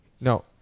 No